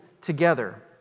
together